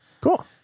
Cool